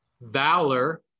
valor